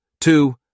two